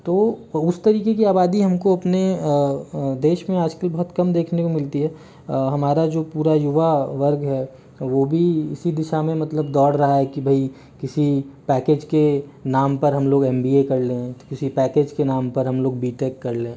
तो उस तरीके की आबादी हमको अपने देश मे आज कल बहुत कम देखने को मिलती है हमारा जो पूरा युवा वर्ग है वो भी इसी दिशा मे मतलब दौड़ रहा है की भई किसी पैकेज के नाम पर हम लोग एम बी ए कर ले किसी पैकेज के नाम पर हम लोग बी टेक कर ले